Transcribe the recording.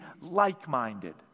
like-minded